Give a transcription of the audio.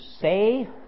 say